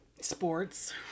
Sports